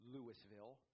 Louisville